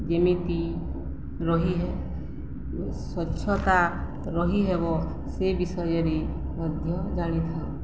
ଯେମିତି ରହି ହେ ସ୍ୱଚ୍ଛତା ରହିହେବ ସେ ବିଷୟରେ ମଧ୍ୟ ଜାଣିଥାଉ